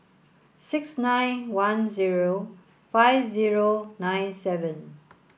six nine one zero five zero nine seven